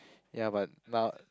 ya but not